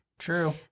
True